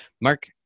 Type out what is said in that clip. Mark